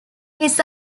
his